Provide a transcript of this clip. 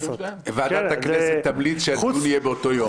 ועדת הכנסת תמליץ שהדיון יהיה באותו יום.